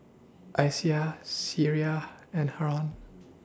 Aishah Syirah and Haron